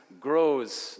grows